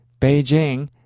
Beijing